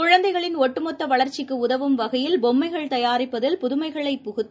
குழந்தைகளின் ஒட்டுமொத்தவளர்ச்சிக்குஉதவும் வகையில் பொம்மைகள் தயாரிப்பதில் புதுமைகளை புகுத்த